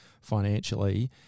financially